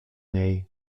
niej